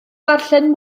ddarllen